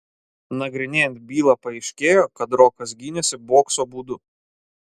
nagrinėjant bylą paaiškėjo kad rokas gynėsi bokso būdu